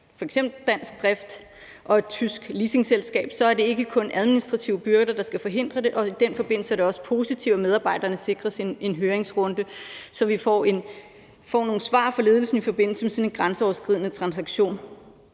i dansk drift og et tysk leasingselskab, er det ikke kun administrative byrder, der skal forhindre det, og i den forbindelse er det også positivt, at medarbejderne sikres en høringsrunde, så vi får nogle svar fra ledelsen i forbindelse med sådan en grænseoverskridende transaktion.